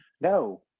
No